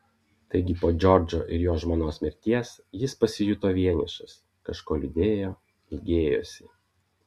taigi po džordžo ir jo žmonos mirties jis pasijuto vienišas kažko liūdėjo ilgėjosi